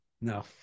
No